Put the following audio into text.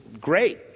great